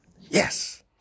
Yes